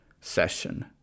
session